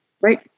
Right